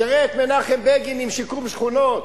תראה את מנחם בגין עם שיקום שכונות,